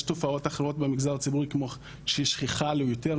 יש תופעות אחרות במגזר הציבורי שהן שכיחות יותר,